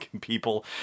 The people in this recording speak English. people